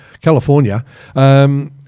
California –